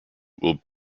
will